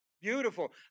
Beautiful